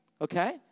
okay